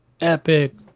Epic